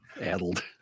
Addled